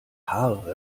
haare